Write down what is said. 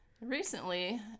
recently